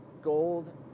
gold